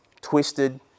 twisted